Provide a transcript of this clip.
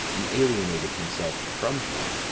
and alienated himself from him.